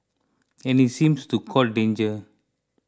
and he seems to court danger